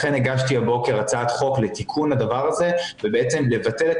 לכן הגשתי הבוקר הצעת חוק לתיקון הדבר הזה ובעצם לבטל את